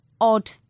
odd